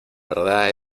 verdad